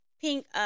Pink